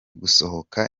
gusohora